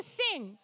sing